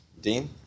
Dean